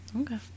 Okay